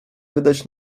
wydać